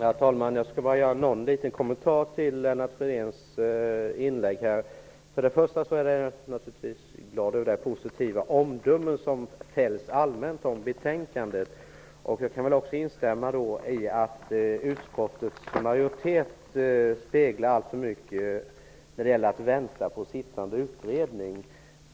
Herr talman! Jag skall göra en liten kommentar till Jag är naturligtvis glad över de positiva omdömen som allmänt fälls om betänkandet. Jag kan instämma i att utskottsmajoriteten alltför mycket präglas av attityden ''vänta på sittande utredning''.